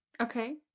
Okay